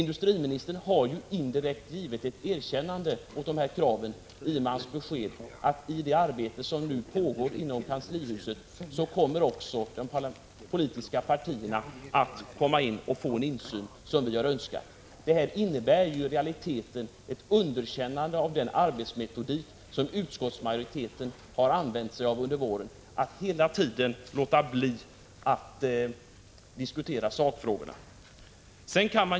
Industriministern har indirekt gett dessa krav ett erkännande i och med sitt besked om att de politiska partierna kommer att få den insyn som man har önskat när det gäller det arbete som nu pågår inom kanslihuset. Detta innebär i realiteten ett underkännande av den arbetsmetodik som utskottsmajoriteten har tillämpat under våren — hela tiden har man låtit bli att diskutera sakfrågorna.